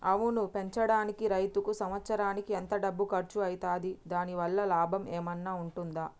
ఆవును పెంచడానికి రైతుకు సంవత్సరానికి ఎంత డబ్బు ఖర్చు అయితది? దాని వల్ల లాభం ఏమన్నా ఉంటుందా?